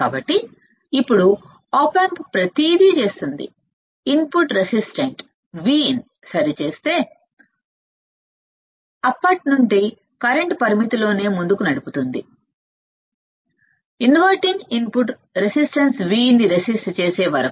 కాబట్టి ఇప్పుడు op amp ప్రతిదీ చేస్తుంది ఇన్పుట్ Vin ని రెసిస్ట్ చేసే వరకు అవుట్పుట్ను ప్రస్తుత పరిమితిలోనే ముందుకు నడుపుతుంది ఇన్వర్టింగ్ input Vin ని రెసిస్ట్ చేసే వరకు